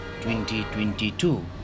2022